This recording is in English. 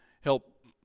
help